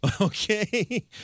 Okay